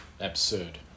absurd